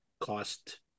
cost